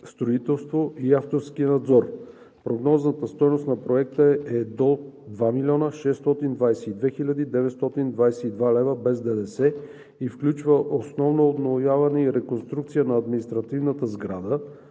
строителство и авторски надзор. Прогнозната стойност на Проекта е до 2 млн. 622 хил. 922 лв. без ДДС и включва основното обновяване и реконструкция на административната сграда,